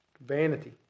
Vanity